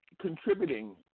contributing